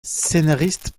scénariste